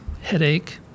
headache